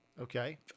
Okay